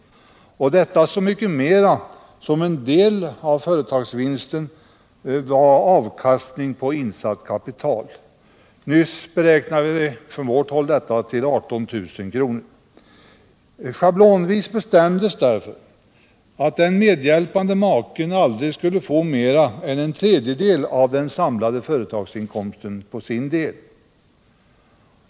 och det så mycket mera som en del av företagsvinsten var avkastning på insatt kapital. Nyss beräknade vi från vårt håll denna till 18000 kr. Schablonvis bestämdes därför att den medhjälpande maken aldrig kunde få mera än en tredjedel av den samlade företagsinkomsten.